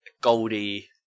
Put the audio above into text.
Goldie